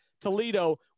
Toledo